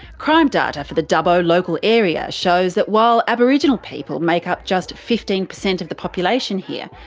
crime data for the dubbo local area show that while aboriginal people make up just fifteen percent of the population here,